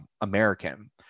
American